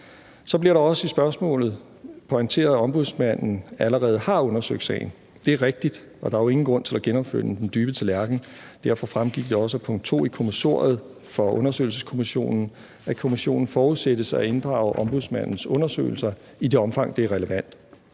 Så bliver der også i spørgsmålet pointeret, at Ombudsmanden allerede har undersøgt sagen. Det er rigtigt, og der er jo ingen grund til at genopfinde den dybe tallerken, og derfor fremgik det også af punkt 2 i kommissoriet for undersøgelseskommissionen, at kommissionen forudsættes at inddrage Ombudsmandens undersøgelser i det omfang, det er relevant.